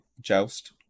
joust